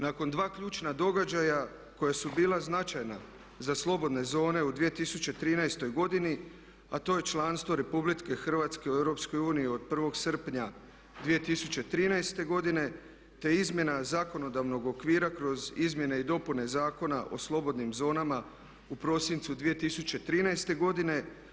Nakon dva ključna događaja koja su bila značajna za slobodne zone u 2013. godini, a to je članstvo Republike Hrvatske u EU od 1. srpnja 2013. godine, te izmjena zakonodavnog okvira kroz izmjene i dopune Zakona o slobodnim zonama u prosincu 2013. godine.